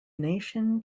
nation